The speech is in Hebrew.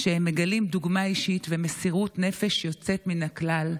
הם מגלים דוגמה אישית ומסירות נפש יוצאת מהכלל,